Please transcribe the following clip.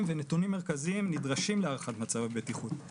ונתונים מרכזיים נדרשים להערכת מצב הבטיחות.